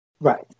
Right